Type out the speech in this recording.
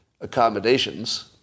accommodations